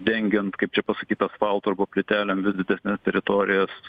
dengiant kaip čia pasakyt asfaltu arba plytelėm vis didesnes teritorijas